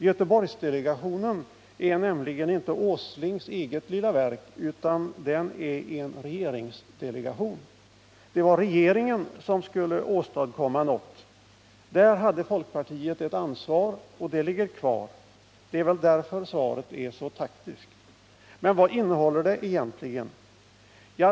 Göteborgsdelegationen är nämligen inte Åslings eget lilla verk, utan den är en regeringsdelegation. Det var regeringen som skulle åstadkomma något. Där hade folkpartiet ett ansvar, och det ligger kvar. Det är väl därför svaret är så taktiskt. Men vad innehåller svaret egentligen?